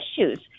issues